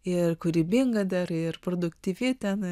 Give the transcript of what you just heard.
ir kūrybinga dar ir produktyvi ten